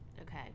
Okay